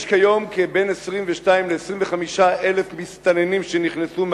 יש כיום בין 22,000 ל-25,000 מסתננים שנכנסו,